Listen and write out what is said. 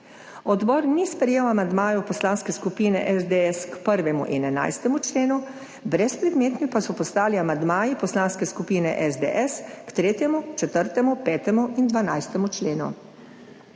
Odbor ni sprejel amandmajev Poslanske skupine SDS k 1. in 11. členu, brezpredmetni pa so postali amandmaji Poslanske skupine SDS k 3., 4., 5. in 12. členu.